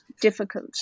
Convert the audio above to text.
difficult